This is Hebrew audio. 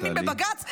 לימים לבג"ץ --" תודה,